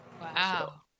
Wow